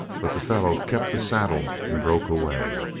but the fellow kept the saddle and broke away.